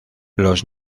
los